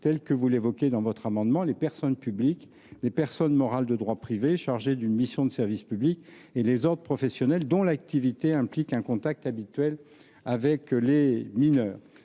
en plus des administrations, « les personnes publiques, les personnes morales de droit privé chargées d’une mission de service public et les ordres professionnels dont l’activité implique un contact habituel avec les mineurs